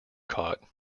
caught